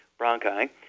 bronchi